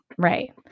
Right